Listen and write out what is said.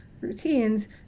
routines